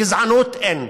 גזענות, in.